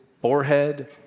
forehead